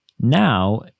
Now